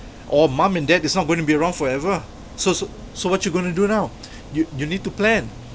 or mom and dad is not going to be around forever so so so what you gonna do now you you need to plan